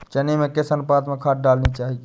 चने में किस अनुपात में खाद डालनी चाहिए?